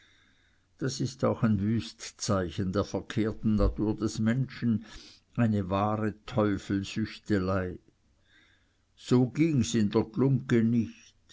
das ist auch ein wüst zeichen der verkehrten natur der menschen eine wahre teufelsüchtelei so gings in der glungge nicht